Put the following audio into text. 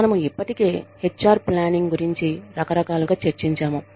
మనము ఇప్పటికే H R planning గురించి రకరకాలుగా చర్చించాము